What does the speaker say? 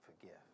forgive